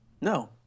No